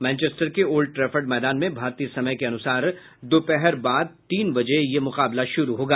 Manchester के Old Trafford मैदान में भारतीय समय के अनुसार दोपहर बाद तीन बजे यह मुकाबला शुरू होगा